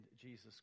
jesus